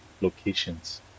locations